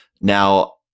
Now